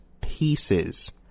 pieces